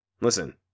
Listen